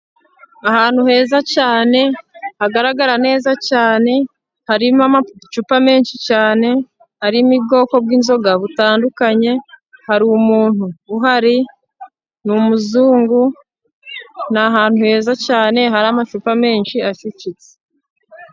Ahantu heza cyane hagaragara neza cyane harimo amacuupa menshi cyane, arimo ubwoko bw'inzoga butandukanye, hari umuntu uhari ni umuzungu, ni ahantu heza cyane hari amacupa menshi acucitse.